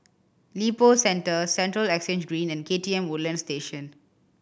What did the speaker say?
Lippo Centre Central Exchange Green and K T M Woodlands Station